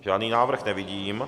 Žádný návrh nevidím.